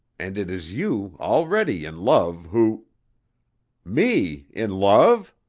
and it is you, already in love, who me in love?